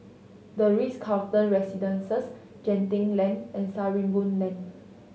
The Ritz Carlton Residences Genting Lane and Sarimbun Lane